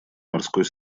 морской